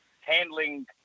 handling